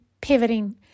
pivoting